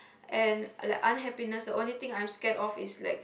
and like unhappiness the only thing I'm scared of is like